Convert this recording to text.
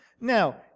Now